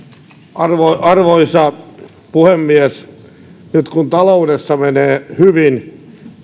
arvoisa arvoisa puhemies nyt kun taloudessa menee hyvin